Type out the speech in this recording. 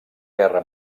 guerra